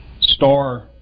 star